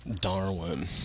Darwin